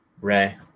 Ray